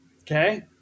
Okay